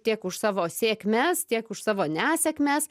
tiek už savo sėkmes tiek už savo nesėkmes